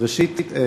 ראשית,